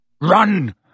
Run